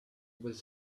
was